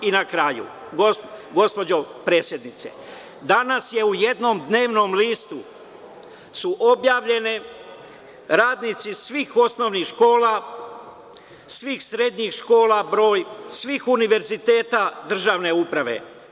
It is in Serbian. I na kraju, gospođo predsednice, danas u jednom dnevnom listu, su objavljene radnici svih osnovnih škola, svih srednjih škola broj, svih univerziteta državne uprave.